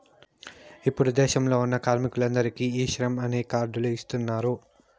ఇప్పుడు దేశంలో ఉన్న కార్మికులందరికీ ఈ శ్రమ్ అనే కార్డ్ లు ఇస్తున్నారు